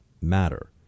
matter